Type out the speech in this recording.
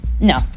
no